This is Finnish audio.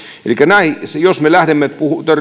näin jos me lähdemme